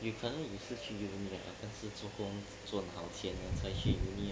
有可能有是去 uni ah 但是做工做好先才去 uni